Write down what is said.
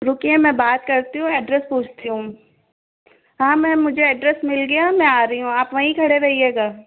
रुकिए मैं बात करती हूँ पूछती हूँ हाँ मैम मुझे एड्रेस मिल गया मैं आ रही हूँ आप वहीं खड़े रहिएगा